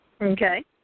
Okay